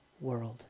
world